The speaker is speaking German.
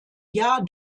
jahr